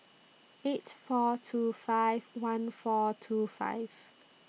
eight four two five one four two five